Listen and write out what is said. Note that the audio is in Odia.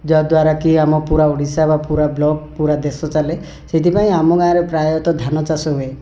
ଯାଦ୍ୱାରା କି ଆମ ପୂରା ଓଡ଼ିଶା ବା ଆମ ପୂରା ବ୍ଲକ୍ ବା ପୂରା ଦେଶ ଚାଲେ ସେଥିପାଇଁ ଆମ ଗାଁରେ ପ୍ରାୟତଃ ଧାନ ଚାଷ ହୁଏ